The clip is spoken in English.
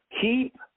keep